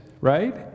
right